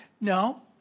No